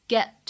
Get